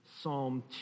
Psalm